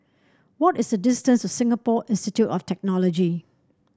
what is the distance to Singapore Institute of Technology